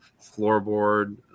floorboard